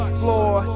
floor